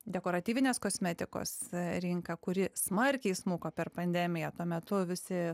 dekoratyvinės kosmetikos rinka kuri smarkiai smuko per pandemiją tuo metu visi